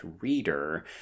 reader